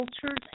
cultures